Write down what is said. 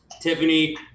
Tiffany